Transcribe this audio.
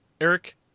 Eric